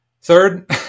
Third